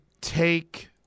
take